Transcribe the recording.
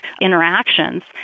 interactions